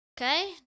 Okay